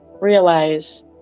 realize